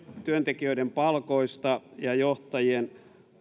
työntekijöiden palkoista ja johtajien